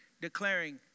declaring